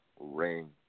ring